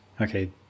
okay